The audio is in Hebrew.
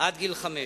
עד גיל חמש.